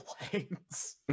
planes